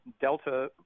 Delta